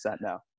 now